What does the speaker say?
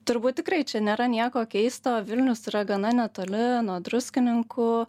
turbūt tikrai čia nėra nieko keisto vilnius yra gana netoli nuo druskininkų